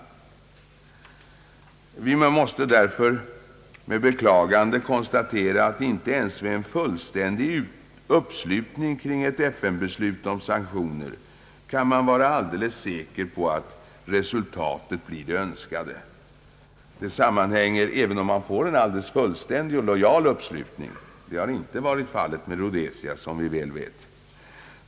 Man måste därför med beklagande konstatera att man inte ens vid en fullständig uppslutning kring ett FN-beslut om sanktioner — dessvärre var inte detta fallet i fråga om Rhodesia — kan vara helt säker på att resultatet blir det önskade.